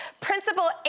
Principal